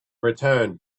return